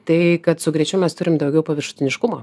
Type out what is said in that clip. tai kad su greičiu mes turim daugiau paviršutiniškumo